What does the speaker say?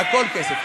הכול כסף.